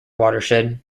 watershed